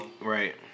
Right